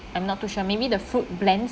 I'm not too sure maybe the fruit blends